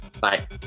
bye